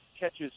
catches